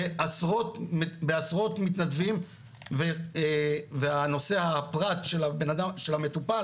בעשרות מתנדבים והנושא הפרט של המטופל